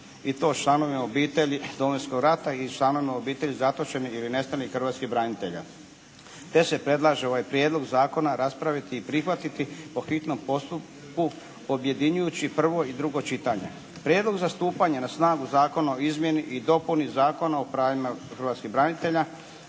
i to članovima obitelji Domovinskog rata i članovima obitelji zatočenih ili nestalih hrvatskih branitelja te se predlaže ovaj Prijedlog zakona raspraviti i prihvatiti po hitnom postupku objedinjujući prvo i drugo čitanje. Prijedlog za stupanje na snagu zakona o izmjeni i dopuni Zakona o pravima hrvatskih branitelja